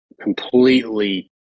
completely